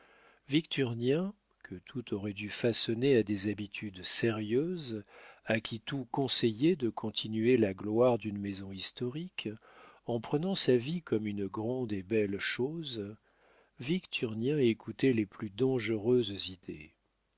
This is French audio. victurnien que tout aurait dû façonner à des habitudes sérieuses à qui tout conseillait de continuer la gloire d'une maison historique en prenant sa vie comme une grande et belle chose victurnien écoutait les plus dangereuses idées